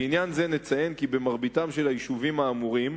לעניין זה נציין כי במרבית היישובים האמורים,